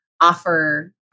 offer